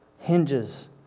hinges